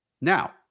Now